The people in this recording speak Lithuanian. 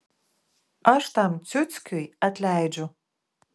aš tam ciuckiui atleidžiu